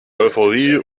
euphorie